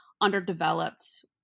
underdeveloped